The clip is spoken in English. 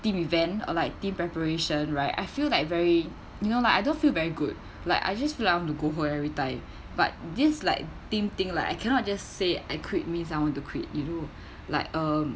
team event or like team preparation right I feel like very you know like I don't feel very good like I just feel like I want to go home everytime but this like team thing like I cannot just say I quit means I want to quit you know like um